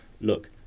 look